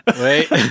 Wait